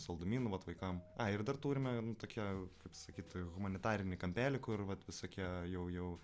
saldumynų vat vaikams ai ir dar turime nu tuokią kaip sakyt humanitarinį kampelį kur vat visokie jau jau